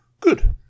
Good